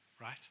right